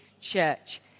church